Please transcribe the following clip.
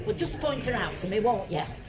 but just point her out to me, won't yeah